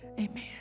amen